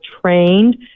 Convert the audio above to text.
trained